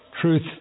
truth